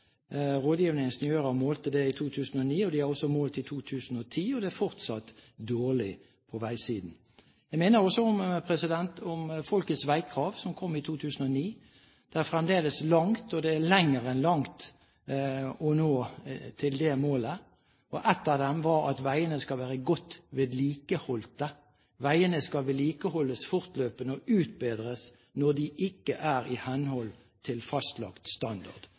målte det i 2009. De har også målt det i 2010, og det er fortsatt dårlig på veisiden. Jeg minner også om Folkets veikrav, som kom i 2009. Det er fremdeles langt og lenger enn langt til man når de målene. Ett av dem var at veiene skal være godt vedlikeholdt, at veiene skal vedlikeholdes fortløpende og utbedres når de ikke er i henhold til fastlagt standard.